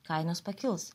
kainos pakils